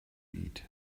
eat